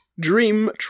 Dream